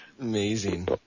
Amazing